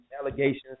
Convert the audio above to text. allegations